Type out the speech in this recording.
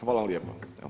Hvala lijepa.